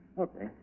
Okay